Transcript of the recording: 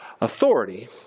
authority